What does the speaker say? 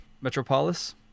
Metropolis